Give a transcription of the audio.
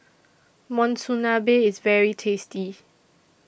Monsunabe IS very tasty